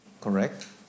correct